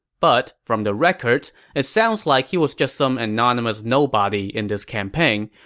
but from the records, it sounds like he was just some anonymous nobody in this campaign.